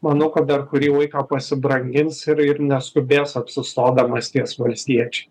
manau kad dar kurį laiką pasibrangins ir ir neskubės apsistodamas ties valstiečiai